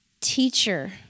Teacher